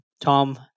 Tom